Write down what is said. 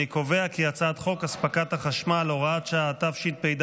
הצעת חוק אספקת החשמל (הוראת שעה), התשפ"ד